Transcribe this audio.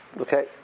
Okay